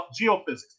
geophysics